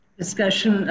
discussion